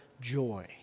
joy